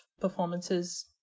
performances